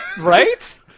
Right